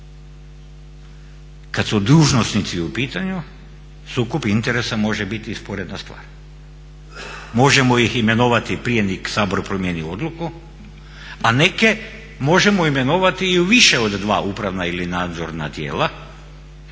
Kad su dužnosnici u pitanju sukob interesa može biti i sporedna stvar. Možemo ih imenovati prije nego Sabor promijeni odluku, a neke možemo imenovati i u više od dva upravna ili nadzorna tijela